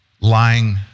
Lying